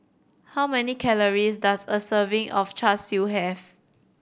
how many calories does a serving of Char Siu have